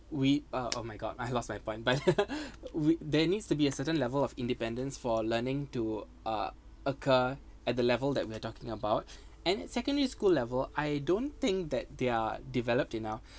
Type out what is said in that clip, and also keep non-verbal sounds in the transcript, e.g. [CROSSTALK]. we uh oh my god I lost my point but [LAUGHS] we~ there needs to be a certain level of independence for learning to uh occur at the level that we're talking about and secondary school level I don't think that they're developed enough